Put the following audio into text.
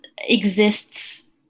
exists